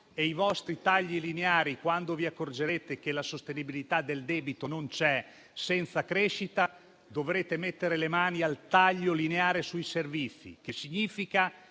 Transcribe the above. dei vostri tagli lineari, quando vi accorgerete che la sostenibilità del debito non c'è senza crescita, dovrete mettere mano al taglio lineare sui servizi, che significa